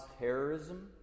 terrorism